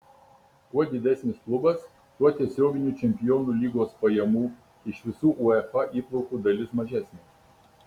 kuo didesnis klubas tuo tiesioginių čempionų lygos pajamų iš visų uefa įplaukų dalis mažesnė